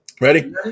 Ready